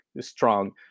strong